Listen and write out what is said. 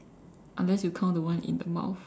unless you count the one in the mouth